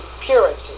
purity